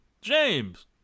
James